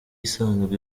isanzwe